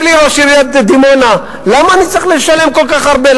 אומר לי ראש עיריית דימונה: למה אני צריך לשלם כל כך הרבה?